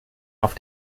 auf